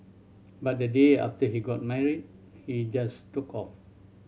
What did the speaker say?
but the day after he got married he just took off